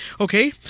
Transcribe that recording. okay